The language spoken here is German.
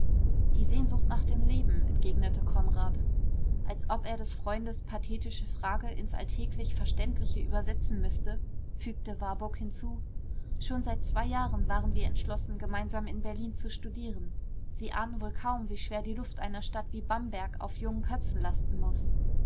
die sehnsucht nach dem leben entgegnete konrad als ob er des freundes pathetische frage ins alltäglich verständliche übersetzen müßte fügte warburg hinzu schon seit zwei jahren waren wir entschlossen gemeinsam in berlin zu studieren sie ahnen wohl kaum wie schwer die luft einer stadt wie bamberg auf jungen köpfen lasten muß